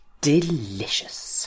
Delicious